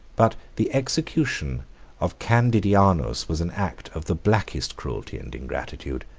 but the execution of candidianus was an act of the blackest cruelty and ingratitude.